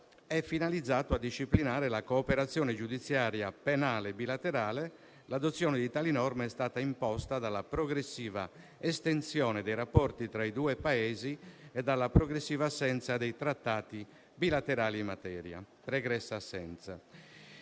è finalizzato a disciplinare la cooperazione giudiziaria penale bilaterale. L'adozione di tale norma è stata imposta dalla progressiva estensione dei rapporti tra i due Paesi e dalla pregressa assenza dei trattati bilaterali in materia. Il disegno